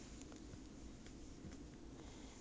you no I think all those like